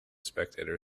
spectator